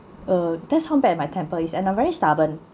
uh that's how bad my temper is and I'm very stubborn